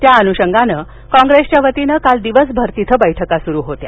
त्या अनुषगान काँप्रेसच्या वतीन काल दिवसभर बैठका सुरू होत्या